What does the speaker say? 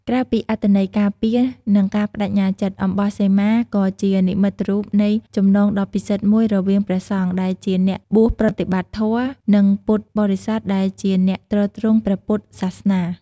ក្រៅពីអត្ថន័យការពារ និងការប្តេជ្ញាចិត្ត អំបោះសីមាក៏ជានិមិត្តរូបនៃចំណងដ៏ពិសិដ្ឋមួយរវាងព្រះសង្ឃដែលជាអ្នកបួសប្រតិបត្តិធម៌ និងពុទ្ធបរិស័ទដែលជាអ្នកទ្រទ្រង់ព្រះពុទ្ធសាសនា។